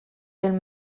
den